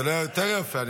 זה לא, יותר יפה.